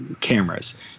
cameras